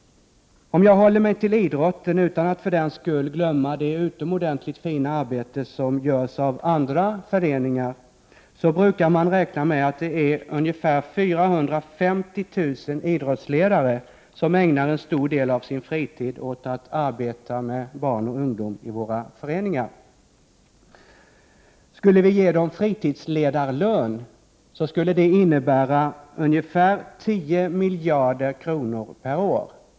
Om jag håller mig till idrottsföreningarna, utan att för den skull glömma det fina arbete som utförs inom andra föreningar, så brukar man räkna med att det är 450 000 idrottsledare som ägnar en stor del av sin fritid åt att arbeta med barn och ungdom i idrottsföreningarna. Skulle vi ge dem fritidsledarlön skulle det innebära en kostnad på ungefär 10 miljarder kronor per år.